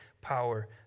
power